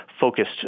focused